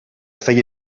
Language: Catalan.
feia